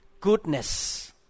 Goodness